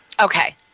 Okay